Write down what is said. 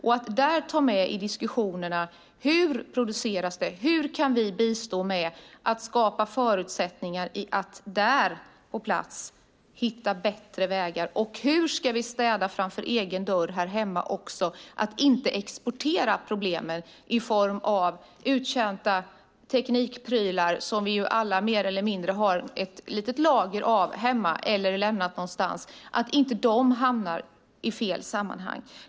I de diskussionerna behöver vi ta med hur det produceras och hur vi kan bistå med att skapa förutsättningar för att hitta bättre vägar på plats. Hur ska vi städa framför egen dörr här hemma så att vi inte exporterar problemen i form av uttjänta teknikprylar? Sådana har vi ju alla mer eller mindre ett litet lager av hemma eller har lämnat någonstans. Hur ska vi se till att inte de hamnar i fel sammanhang?